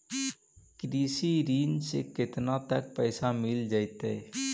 कृषि ऋण से केतना तक पैसा मिल जइतै?